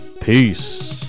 Peace